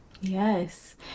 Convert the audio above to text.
Yes